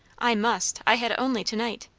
i must, i had only to-night.